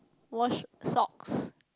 wash socks